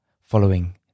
following